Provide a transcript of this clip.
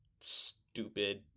stupid